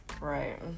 Right